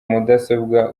mudasobwa